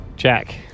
Jack